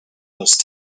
those